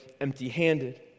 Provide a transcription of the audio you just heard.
empty-handed